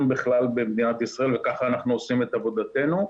בכלל במדינת ישראל וכך אנחנו עושים את עבודתנו.